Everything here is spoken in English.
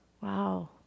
Wow